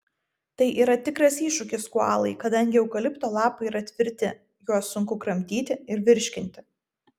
tai yra tikras iššūkis koalai kadangi eukalipto lapai yra tvirti juos sunku kramtyti ir virškinti